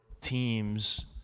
teams